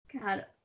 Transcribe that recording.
God